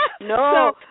No